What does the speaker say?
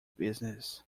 business